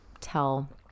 tell